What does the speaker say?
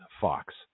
Fox